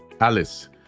Alice